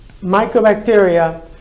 mycobacteria